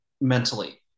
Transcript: mentally